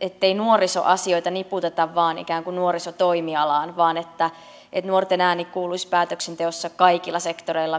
ettei nuorisoasioita niputeta vain ikään kuin nuorisotoimialaan vaan että että nuorten ääni kuuluisi päätöksenteossa kaikilla sektoreilla